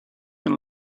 can